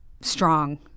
strong